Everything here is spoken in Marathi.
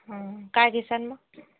हं काय घेसान मग